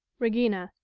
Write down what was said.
regina.